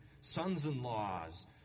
sons-in-laws